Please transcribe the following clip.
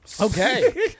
Okay